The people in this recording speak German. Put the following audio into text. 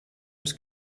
des